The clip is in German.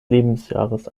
lebensjahres